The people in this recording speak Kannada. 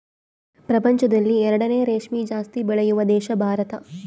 ಪ್ರಪಂಚದಲ್ಲಿ ಎರಡನೇ ರೇಷ್ಮೆ ಜಾಸ್ತಿ ಬೆಳೆಯುವ ದೇಶ ಭಾರತ